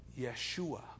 Yeshua